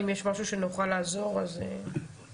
אם יש משהו שנוכל לעזור בו אז תגידי.